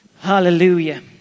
Hallelujah